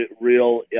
real